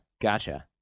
gotcha